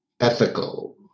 ethical